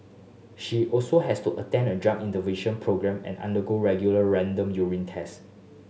she also has to attend a drug intervention programme and undergo regular random urine test